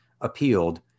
appealed